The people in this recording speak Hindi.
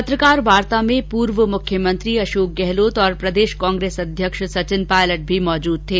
पत्रकार वार्ता में पूर्व मुख्यमंत्री अशोक गहलोत और प्रदेश कांग्रेस अध्यक्ष सचिन पायलट भी मौजूद थे